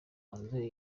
hanze